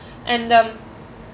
and um